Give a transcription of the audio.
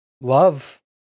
love